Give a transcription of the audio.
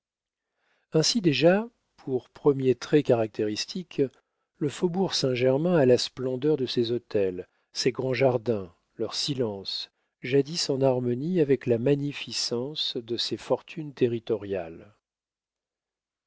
ainsi déjà pour premier trait caractéristique le faubourg saint-germain a la splendeur de ses hôtels ses grands jardins leur silence jadis en harmonie avec la magnificence de ses fortunes territoriales